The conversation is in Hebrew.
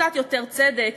קצת יותר צדק,